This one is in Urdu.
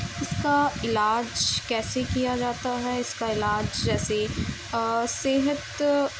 اس کا علاج کیسے کیا جاتا ہے اس کا علاج جیسے صحت